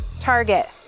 target